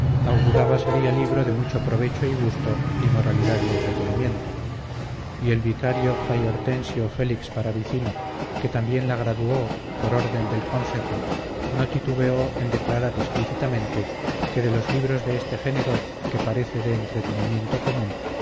auguraba sería libro de mucho provecho y gusto y el vicario y moralidad y entretenimiento fray hortensio félix paravicino que también la graduó po orden del consejo no titubeó en declarar explícitamente que de los libros de este género que parece de entretenimiento común